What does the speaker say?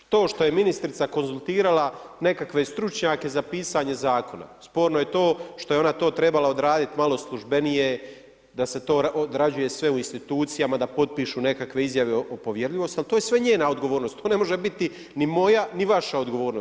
To što je ministrica konzultirala nekakve stručnjake za pisanje zakona, sporno je to što je ona to trebala odraditi malo službenije, da se to odrađuje u institucijama, da potpišu nekakve izjave o povjerljivosti, ali to je sve njena odgovornost, to ne može biti ni moja ni vaša odgovornost.